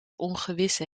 ongewisse